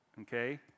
Okay